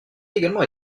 également